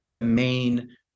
main